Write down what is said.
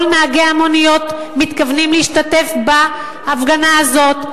כל נהגי המוניות מתכוונים להשתתף בהפגנה הזאת.